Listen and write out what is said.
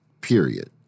period